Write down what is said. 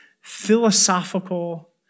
philosophical